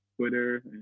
twitter